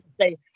say